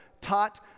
taught